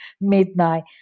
midnight